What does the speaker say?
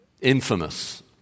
infamous